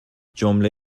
جمله